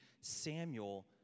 Samuel